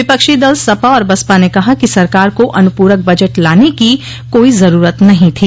विपक्षी दल सपा और बसपा ने कहा कि सरकार को अनूपूरक बजट लाने की कोई जरूरत नहीं थी